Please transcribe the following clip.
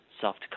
soft